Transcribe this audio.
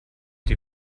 die